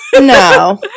No